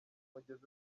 umugezi